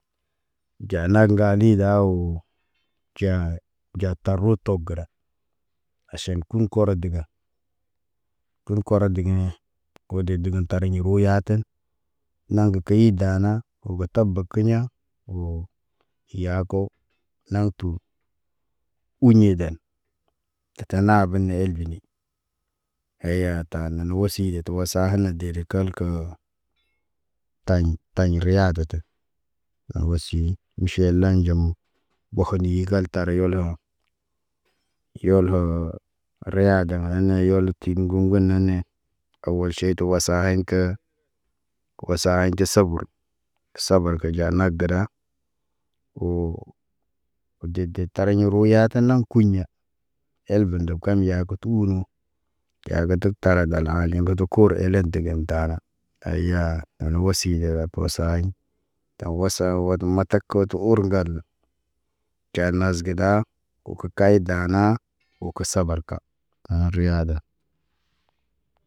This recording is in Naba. ɟa na ŋgalida woo ɟaa, ɟa tarut to gəda. Aʃen kuɲ koro dəgan kuɲ koro dəgene wo de dəgan tariɲ rooyatə Naŋg key daana wo batan bab kiɲa, woo, yaako naŋg tu. Uɲe dan tata naaben ni elbini. Aye tanana wosiɲ etu tə wasa hana derek kəlkəə. Taɲ tɲ riyaadatə eŋg wosi ni miʃeel laanɟim, bohonii ŋgal tari yoloma. Yol hoo reyaadana na yol ti ti ŋguŋ gunaane. Awal ʃey tə wasa heɲ kə wasaweɲ tə sabur. Sabur ka ɟaa nag gidaa woo de de de taraɲiroyaa tana kun ya. El ben deb kam yaa kə tuunu. Yaa kə tək tara danaa leŋgətə ku kuure elen degen taana. Aaya ana wosi derap posaaɲ tawasa wan matak. Kə tu ur ŋgal canas gədaa wo kə kay daanaa wo kə sbarka aan riyaada.